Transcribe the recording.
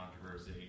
controversy